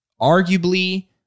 arguably